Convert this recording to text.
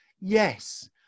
yes